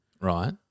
right